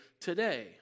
today